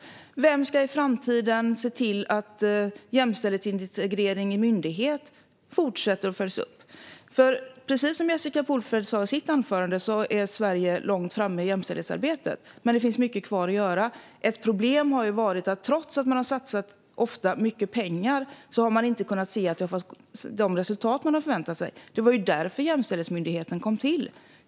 Vem ska i framtiden se till att jämställdhetsintegreringen i myndigheter fortsätter och följs upp? Precis som Jessica Polfjärd sa i sitt anförande är Sverige långt framme i jämställdhetsarbetet, men det finns mycket kvar att göra. Ett problem har varit att man, trots att man ofta har satsat mycket pengar, inte har kunnat se att det har fått de resultat man hade förväntat sig. Det var ju därför Jämställdhetsmyndigheten kom till.